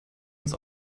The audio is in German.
ins